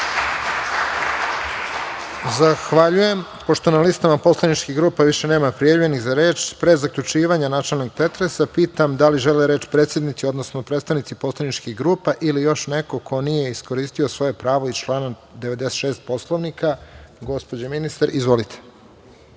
Zahvaljujem. Pošto na listama poslaničkih grupa više nema prijavljenih za reč, pre zaključivanja načelnog pretresa, pitam da li žele reč predsednici, odnosno predstavnici poslaničkih grupa ili još neko ko nije iskoristio svoje pravo iz člana 96. Poslovnika? Gospođo ministar, izvolite.